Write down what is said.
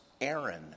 Aaron